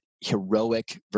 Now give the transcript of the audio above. heroic